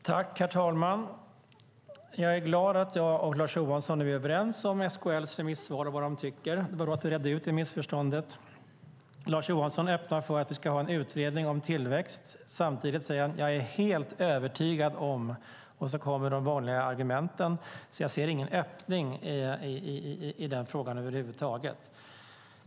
Herr talman! Jag är glad att jag och Lars Johansson nu är överens om SKL:s remissvar och vad de tycker. Det var bra att vi redde ut detta missförstånd. Lars Johansson öppnar för att vi ska ha en utredning om tillväxt. Samtidigt säger han: Jag är helt övertygad om att. och så kommer de vanliga argumenten. Jag ser därför ingen öppning i frågan över huvud taget.